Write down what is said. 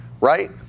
right